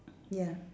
ya